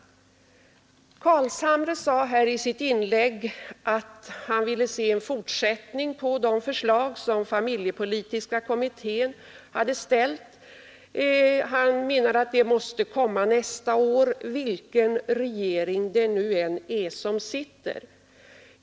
Herr Carlshamre sade i sitt inlägg att han ville se en fortsättning på de förslag som familjepolitiska kommittén hade ställt. Han menade att en sådan fortsättning måste komma nästa år, vilken regering som än sitter.